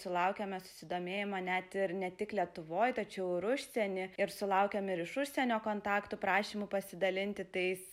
sulaukiame susidomėjimo net ir ne tik lietuvoj tačiau ir užsieny ir sulaukiam ir iš užsienio kontaktų prašymų pasidalinti tais